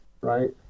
right